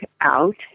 out